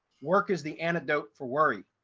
work is the antidote for worry.